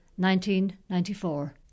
1994